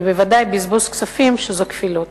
ובוודאי בזבוז כספים, שזאת כפילות.